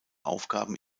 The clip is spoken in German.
aufgaben